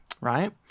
right